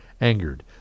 angered